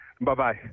Bye-bye